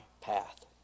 path